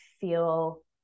feel